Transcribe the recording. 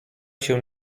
się